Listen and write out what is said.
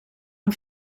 amb